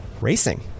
Racing